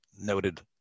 noted